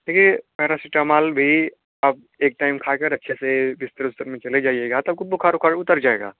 देखिए पारासीटामोल भी आप एक टाइम खाकर रखे थे बिस्तर उस्तर में चले जाइएगा आपका बुख़ार उतर जाएगा